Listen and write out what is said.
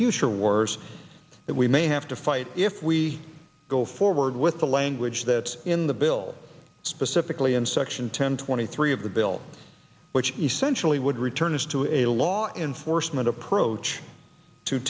future wars that we may have to fight if we go forward with the language that's in the bill specifically in section ten twenty three of the bill which essentially would return us to a law enforcement approach to